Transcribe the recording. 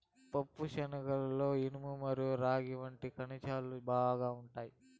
పప్పుశనగలలో ఇనుము మరియు రాగి వంటి ఖనిజాలు బాగా ఉంటాయి